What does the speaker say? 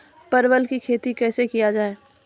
परवल की खेती कैसे किया जाय?